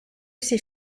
ces